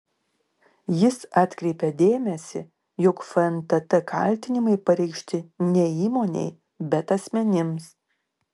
jis atkreipia dėmesį jog fntt kaltinimai pareikšti ne įmonei bet asmenims